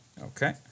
Okay